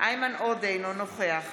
איימן עודה, אינו נוכח